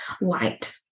light